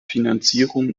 finanzierung